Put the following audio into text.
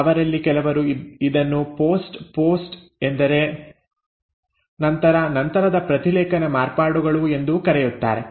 ಅವರಲ್ಲಿ ಕೆಲವರು ಇದನ್ನು ಪೋಸ್ಟ್ ಪೋಸ್ಟ್ ಎಂದರೆ ನಂತರ ನಂತರದ ಪ್ರತಿಲೇಖನ ಮಾರ್ಪಾಡುಗಳು ಎಂದೂ ಕರೆಯುತ್ತಾರೆ